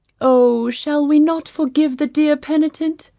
oh, shall we not forgive the dear penitent?